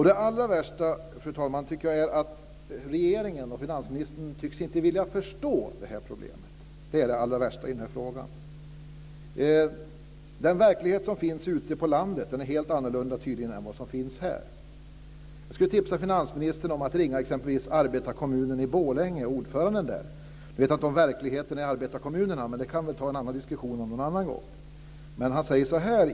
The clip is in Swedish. Det allra värsta är att regeringen och finansministern inte tycks vilja förstå problemet. Den verklighet som finns ute på landet är tydligen helt annorlunda än den som finns här. Jag kan tipsa finansministern att ringa ordföranden i arbetarkommunen i Borlänge. Nu vet jag inte hur verkligheten är i arbetarkommunerna, men den diskussionen kan vi ta någon annan gång.